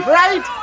right